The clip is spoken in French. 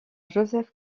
joseph